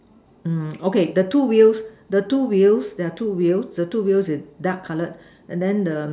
mm okay the two wheels the two wheels there are two wheels the two wheels is dark colored and then the